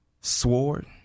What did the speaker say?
sword